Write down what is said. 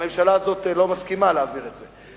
הממשלה הזאת לא מסכימה להעביר אותה.